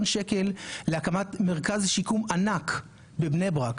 שקלים להקמת מרכז שיקום ענק בבני ברק.